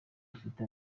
afite